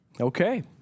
Okay